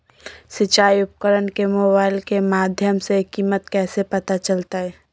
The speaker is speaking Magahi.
सिंचाई उपकरण के मोबाइल के माध्यम से कीमत कैसे पता चलतय?